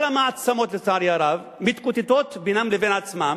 כל המעצמות, לצערי הרב, מתקוטטות בינן לבין עצמן,